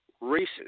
races